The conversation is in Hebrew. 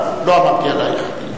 לא אמרתי עלייך.